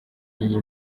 iyi